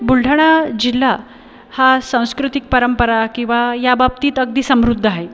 बुलढाणा जिल्हा हा सांस्कृतिक परंपरा किंवा या बाबतीत अगदी समृद्ध आहे